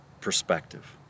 perspective